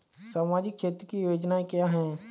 सामाजिक क्षेत्र की योजनाएँ क्या हैं?